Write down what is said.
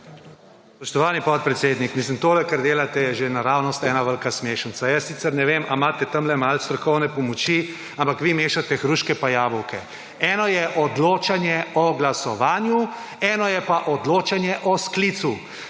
Spoštovani podpredsednik, mislim, tole, kar delate, je že naravnost ena velika smešnica. Jaz sicer ne vem, a imate tamle malo strokovne pomoči, ampak vi mešate hruške in jabolka. Eno je odločanje o glasovanju, eno je pa odločanje o sklicu.